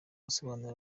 asobanurira